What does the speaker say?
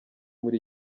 muri